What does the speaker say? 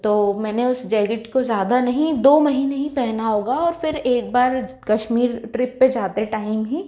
तो मैंने उस जैकेट को ज़्यादा नहीं दो महीने ही पहना होगा और फिर एक बार कश्मीर ट्रिप पर जाते टाइम ही